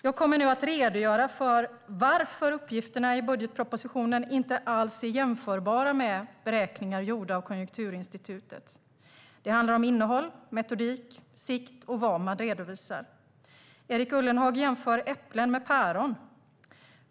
Jag kommer nu att redogöra för varför uppgifterna i budgetpropositionen inte alls är jämförbara med beräkningarna gjorda av Konjunkturinstitutet. Det handlar om innehåll, metodik, sikt och vad man redovisar. Erik Ullenhag jämför äpplen med päron.